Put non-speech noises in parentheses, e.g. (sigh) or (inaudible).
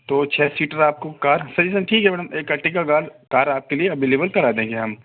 तो छ सीटर आपको कार (unintelligible) ठीक है मैडम एक अर्टिगा कार कार आपके लिए कार अवेलेबल करा देंगे हम